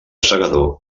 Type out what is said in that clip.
segador